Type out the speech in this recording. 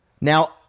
Now